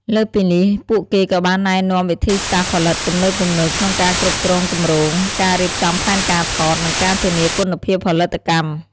លើសពីនេះ ពួកគេក៏បានណែនាំ វិធីសាស្រ្តផលិតទំនើបៗ ក្នុងការគ្រប់គ្រងគម្រោង ការរៀបចំផែនការថត និងការធានាគុណភាពផលិតកម្ម។